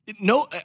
no